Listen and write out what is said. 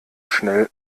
schnell